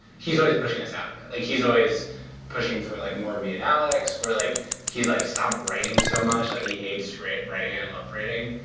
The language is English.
he's always pushing us out of it. like he's always pushing for like more of me and alex. or like he's like, stop writing so much. like he hates writing. i love writing.